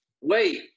wait